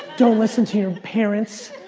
don't listen to your parents,